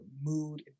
mood